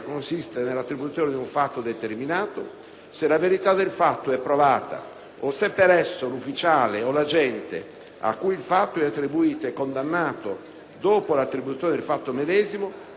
Se la verità del fatto è provata o se per esso l'ufficiale a cui il fatto è attribuito è condannato dopo l'attribuzione del fatto medesimo, l'autore dell'imputazione non è punibile».